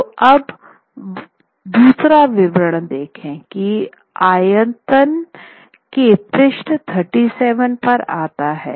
तो अब दूसरा विवरण देखें जो आयतन के पृष्ठ 37 पर आता है